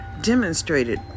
demonstrated